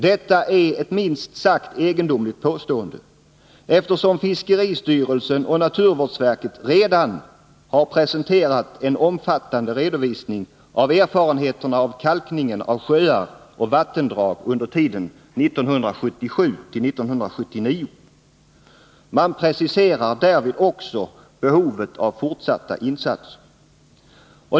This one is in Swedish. Detta är ett minst sagt egendomligt påstående, eftersom fiskeristyrelsen och naturvårdsverket redan har presenterat en omfattande redovisning av erfarenheterna av kalkningen av sjöar och vattendrag under tiden 1977-1979. Man preciserar därvid också behovet av fortsatta insatser.